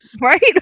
Right